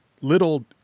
little